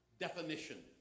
definition